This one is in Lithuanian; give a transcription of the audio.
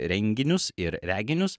renginius ir reginius